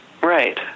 Right